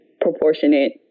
proportionate